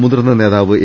മുതിർന്ന നേതാവ് എ